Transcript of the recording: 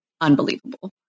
unbelievable